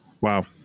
Wow